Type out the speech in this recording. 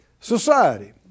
society